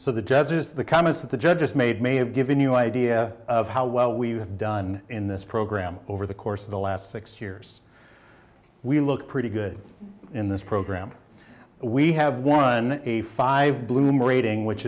so the judges the comments that the judge just made may have given you an idea of how well we've done in this program over the course of the last six years we look pretty good in this program we have won a five bloomer rating which